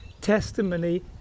testimony